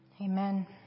Amen